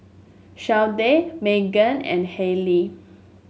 Shardae Magan and Hailee